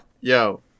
Yo